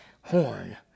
horn